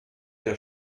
der